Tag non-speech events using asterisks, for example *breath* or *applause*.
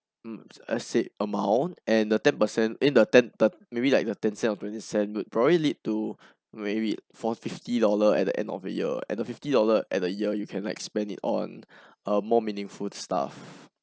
mm a set amount and the ten percent eh the ten the maybe like the ten cent twenty cent would probably lead to *breath* maybe for fifty dollar at the end of the year and a fifty dollar at a year you can like spend it on *breath* uh more meaningful stuff